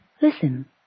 Listen